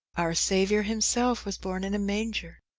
our saviour himself was born in a manger,